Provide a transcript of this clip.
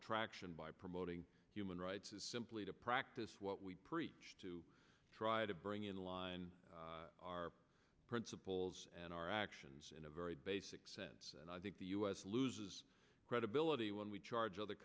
attraction by promoting human rights is simply to practice what we preach to try to bring in line our principles and our actions in a very basic sense and i think the u s loses credibility when we charge other